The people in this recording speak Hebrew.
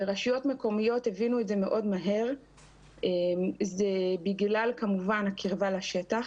ורשויות מקומיות הבינו את זה מאוד מהר בגלל כמובן הקרבה לשטח.